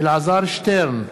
אלעזר שטרן,